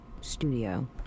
studio